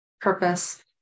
purpose